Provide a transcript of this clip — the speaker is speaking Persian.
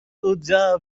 اینجا